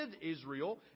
Israel